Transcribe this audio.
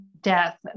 death